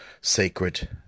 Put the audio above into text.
sacred